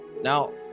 now